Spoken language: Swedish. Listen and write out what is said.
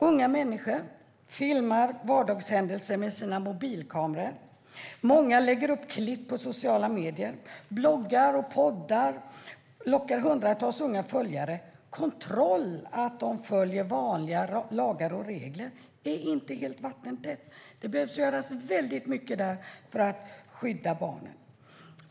Unga människor filmar vardagshändelser med sina mobilkameror. Många lägger upp klipp på sociala medier. Bloggar och poddar lockar hundratals unga följare. Kontrollen av att de följer vanliga lagar och regler är inte helt vattentät. Det behöver göras mycket där för att skydda barnen.